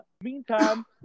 meantime